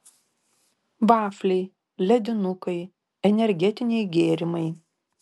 vafliai ledinukai energetiniai gėrimai